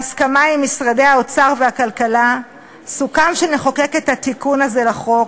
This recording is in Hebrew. בהסכמה עם משרדי האוצר והכלכלה סוכם שנחוקק את התיקון הזה לחוק,